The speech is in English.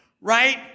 right